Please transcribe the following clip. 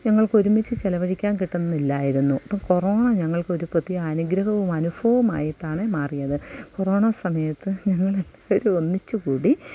ഞങ്ങൾക്കൊരുമിച്ച് ചെലവഴിക്കാൻ കിട്ടുന്നില്ലായിരുന്നു അപ്പോള് കൊറോണ ഞങ്ങൾക്കൊരു പ്രതി അനുഗ്രഹവും അനുഭവമായിട്ടാണ് മാറിയത് കൊറോണ സമയത്ത് ഞങ്ങളെല്ലാവരും ഒന്നിച്ച് കൂടി